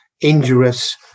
injurious